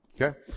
okay